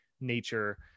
nature